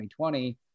2020